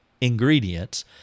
ingredients